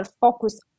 focus